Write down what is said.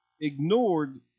ignored